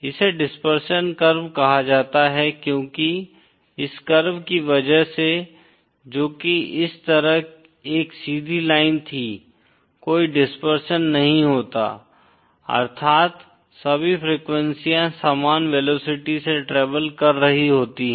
इसे dispersion curve कहा जाता है क्योकि इस कर्व की वजह से जो की इस तरह एक सीधी लाइन थी कोई डिस्परशन नहीं होता अर्थात् सभी फ्रीक्वेंसीयाँ समान वेलोसिटी से ट्रेवल कर रही होती हैं